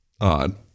odd